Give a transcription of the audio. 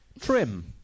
Trim